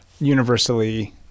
universally